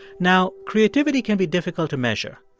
now, creativity can be difficult to measure,